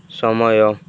ସମୟ